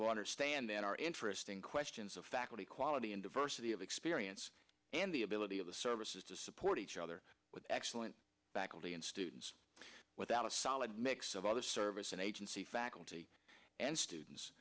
will understand there are interesting questions of faculty quality and diversity of experience and the ability of the services to support each other with excellent bakaly and students without a solid mix of other services agency faculty and students